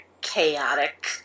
chaotic